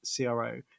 CRO